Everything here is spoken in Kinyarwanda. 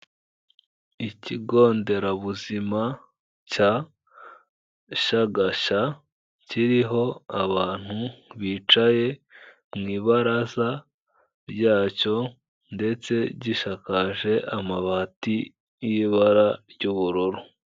Ikigo nderabuzima, cya Shagasha, kiriho abantu bicaye mu ibaraza ryacyo, ndetse gisakaje amabati y'ibara ry'ubururu.